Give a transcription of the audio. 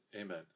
Amen